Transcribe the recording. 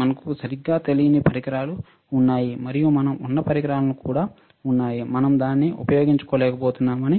మనకు సరిగ్గా తెలియని పరికరాలు ఉన్నాయి మరియు మనం ఉన్న పరికరాలు కూడా ఉన్నాయి మనం దానిని ఉపయోగించుకోలేకపోతున్నామని